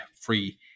free